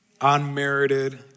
unmerited